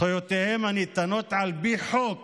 זכויותיהם הניתנות על פי חוק